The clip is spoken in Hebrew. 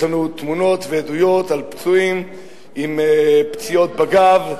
יש לנו תמונות ועדויות על פצועים עם פציעות בגב,